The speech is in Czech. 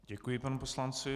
Děkuji panu poslanci.